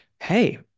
hey